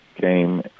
came